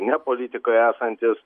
ne politikoje esantis